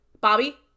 Bobby